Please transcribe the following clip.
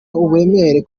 uburemere